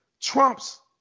Trump's